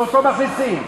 ואותו מכניסים.